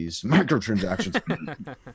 microtransactions